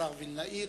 השר וילנאי.